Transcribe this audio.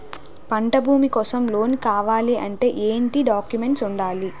పంట భూమి కోసం లోన్ కావాలి అంటే ఏంటి డాక్యుమెంట్స్ ఉండాలి?